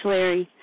Larry